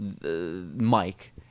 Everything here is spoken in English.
Mike